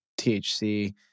THC